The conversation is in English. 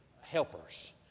helpers